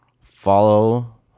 Follow